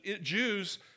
Jews